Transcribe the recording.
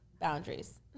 Boundaries